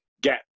Get